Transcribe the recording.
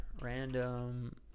Random